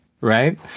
right